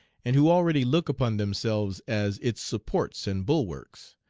and who already look upon themselves as its supports and bulwarks,